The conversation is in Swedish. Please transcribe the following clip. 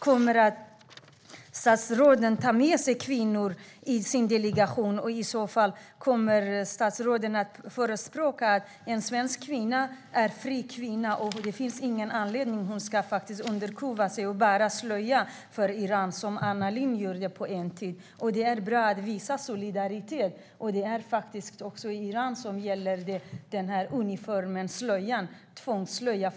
Kommer det att vara kvinnor med i delegationen? Kommer statsrådet i så fall att förespråka att en svensk kvinna är en fri kvinna som inte ska låta sig underkuvas och bära slöja i Iran, vilket Anna Lindh gjorde på sin tid? Det är bra att visa solidaritet. I Iran är slöjan en uniform och ett tvång